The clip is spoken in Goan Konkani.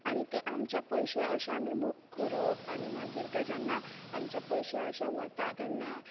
आनी तें आमचे पयशे अशे आमी बूक करप आनी मागीर तें जेन्ना आमचे पयशे अशें वतात तेन्ना